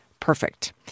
perfect